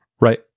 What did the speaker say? right